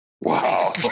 Wow